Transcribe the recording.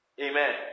Amen